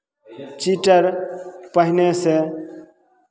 cheater पहिनेसँ